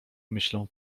myślą